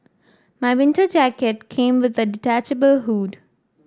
my winter jacket came with a detachable hood